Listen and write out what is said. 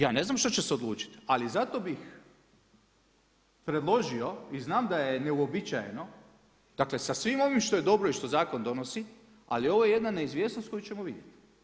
Ja ne znam što će se odlučiti, ali zato bih predložio i znam da je neuobičajeno dakle sa svim ovim što je dobro i što zakon donosi, ali ovo je jedna neizvjesnost koju ćemo vidjet.